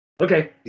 Okay